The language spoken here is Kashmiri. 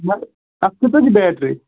مگر اَتھ کۭژاہ چھِ بیٹری